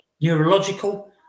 neurological